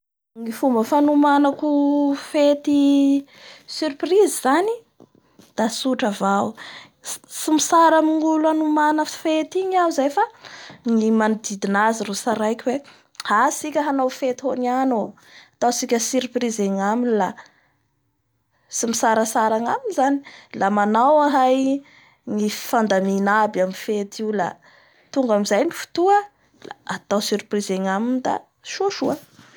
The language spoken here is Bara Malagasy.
Ny fomba fanomanako fety surprise zany da tsotra avao tsy mitsara min'ny olo anomana fety igny iaho zay fa ny manodidina azy ro tsaraiko hoe a tsika hao fety ho an'ny ano oo, ataotsika surprise aganaminy la tsy mitsartsara agnaminy zany a manaoa anay ny fifandamina aby fety io la tonga amizay ny fotoa da atao surprise agnaminy la sosoa.